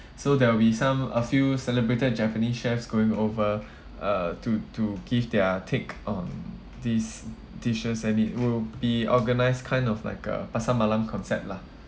so there will be some a few celebrated japanese chefs going over uh to to give their take on these dishes and it will be organised kind of like a pasar malam concept lah